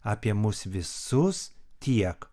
apie mus visus tiek